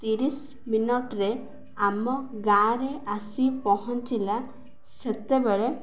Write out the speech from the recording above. ତିରିଶି ମିନଟ୍ରେ ଆମ ଗାଁରେ ଆସି ପହଞ୍ଚିଲା ସେତେବେଳେ